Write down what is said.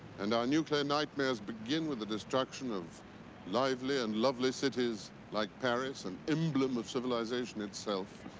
and our nuclear nightmares begin with the destruction of lively and lovely cities like paris, an emblem of civilization itself,